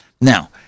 Now